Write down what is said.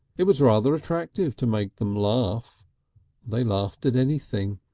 it was rather attractive to make them laugh they laughed at anything.